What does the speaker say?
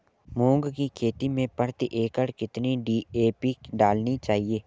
मूंग की खेती में प्रति एकड़ कितनी डी.ए.पी डालनी चाहिए?